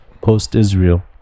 post-Israel